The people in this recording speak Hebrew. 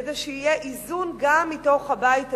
כדי שיהיה איזון גם מתוך הבית הזה,